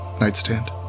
nightstand